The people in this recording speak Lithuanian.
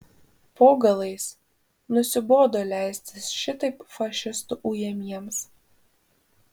po galais nusibodo leistis šitaip fašistų ujamiems